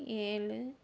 ஏழு